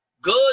good